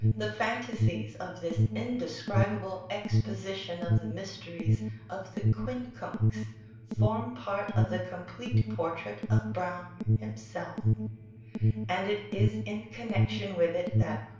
the fantasies of this indescribable exposition of the mysteries of the quincunx form part of the complete portrait of browne himself and it is in connexion with it that,